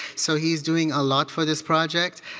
so he's doing a lot for this project.